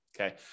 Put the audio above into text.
okay